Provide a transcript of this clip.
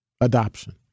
adoption